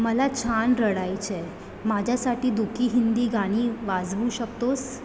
मला छान रडायचे आहे माझ्यासाठी दुःखी हिंदी गाणी वाजवू शकतोस